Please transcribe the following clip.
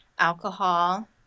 alcohol